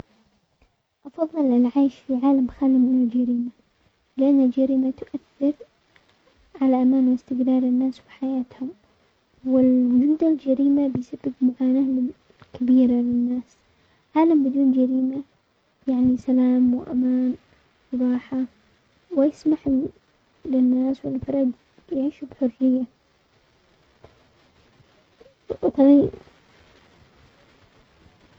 افظل العيش في عالم خالي من الجريمة، لان الجريمة تؤثر على امان واستقلال الناس في حياتهم، ووجود الجريمة بيسبب معاناة كبيرة للناس، عالم بدون جريمة يعني سلام وامان وراحه ويسمح للناس و الفرد يعيشوا بحرية.